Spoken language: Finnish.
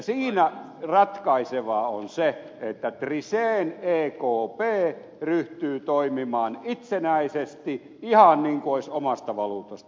siinä ratkaisevaa on se että trichetn ekp ryhtyy toimimaan itsenäisesti ihan niin kuin olisi omasta valuutasta kysymys